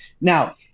Now